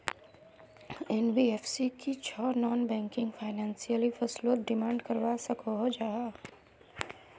NBFC की छौ non banking financial फसलोत डिमांड करवा सकोहो जाहा?